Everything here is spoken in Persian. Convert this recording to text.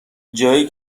جایی